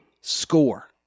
score